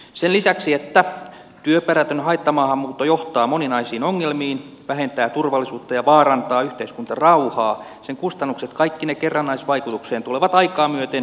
sen lisäksi että työperätön haittamaahanmuutto johtaa moninaisiin ongelmiin vähentää turvallisuutta ja vaarantaa yhteiskuntarauhaa sen kustannukset kaikkine kerrannaisvaikutuksineen tulevat aikaa myöten sietämättömiksi